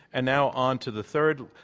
and now on to the third.